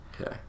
Okay